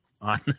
on